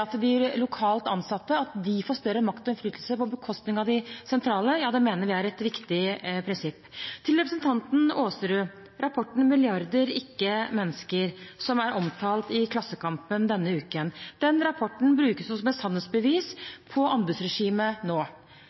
At de lokalt ansatte får større makt og innflytelse på bekostning av de sentrale, mener jeg er et viktig prinsipp. Til representanten Aasrud: Rapporten «Milliarder – ikke mennesker», som er omtalt i Klassekampen denne uken, brukes som et sannhetsbevis på anbudsregimet nå.